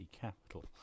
Capital